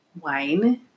wine